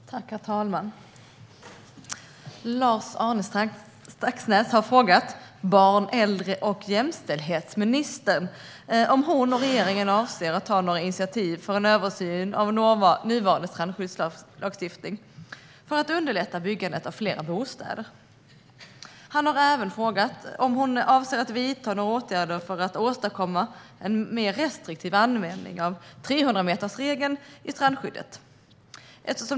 Herr talman! Lars-Arne Staxäng har frågat barn-, äldre och jämställdhetsministern om hon och regeringen avser att ta några initiativ för en översyn av nuvarande strandskyddslagstiftning för att underlätta för byggande av fler bostäder. Han har även frågat om hon avser att vidta några åtgärder för att åstadkomma en mer restriktiv användning av 300-metersregeln i strandskyddet.